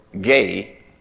gay